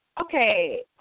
Okay